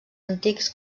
antics